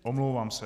Omlouvám se.